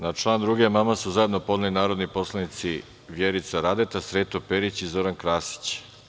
Na član 2. amandman su zajedno podneli narodni poslanici Vjerica Radeta, Sreto Perić i Zoran Krasić.